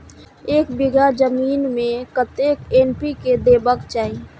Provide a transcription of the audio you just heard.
एक बिघा जमीन में कतेक एन.पी.के देबाक चाही?